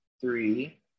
three